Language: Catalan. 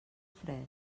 fresc